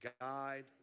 guide